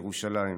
ירושלים.